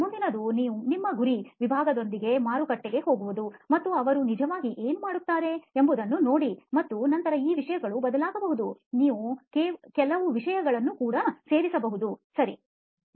ಮುಂದಿನದು ನಿಮ್ಮ ಗುರಿ ವಿಭಾಗದೊಂದಿಗೆ ಮಾರುಕಟ್ಟೆಗೆ ಹೋಗುವುದು ಮತ್ತು ಅವರು ನಿಜವಾಗಿ ಏನು ಮಾಡುತ್ತಾರೆ ಎಂಬುದನ್ನು ನೋಡಿ ಮತ್ತು ನಂತರ ಈ ವಿಷಯಗಳು ಬದಲಾಗಬಹುದು ನೀವು ಕೆಲವು ವಿಷಯಗಳನ್ನು ಕೂಡ ಸೇರಿಸಬಹುದು ಸರಿ